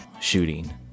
shooting